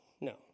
no